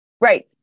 Right